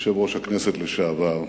יושב-ראש הכנסת לשעבר